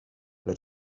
ale